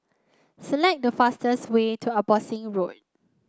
select the fastest way to Abbotsingh Road